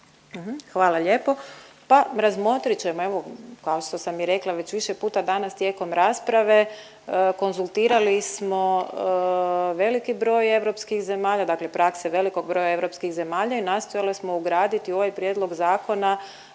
Hvala lijepo. Pa razmotrit ćemo evo kao što sam i rekla već više puta danas tijekom rasprave, konzultirali smo veliki broj europskih zemalja, dakle prakse velikog broja europskih zemalja i nastojali smo ugraditi u ovaj prijedlog zakona